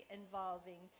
involving